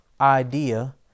idea